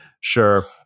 Sure